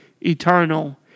eternal